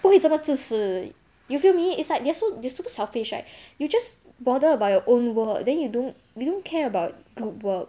不会这么自私 you feel me it's like they're so they're so selfish right you just bothered about your own work then you don't you don't care about group work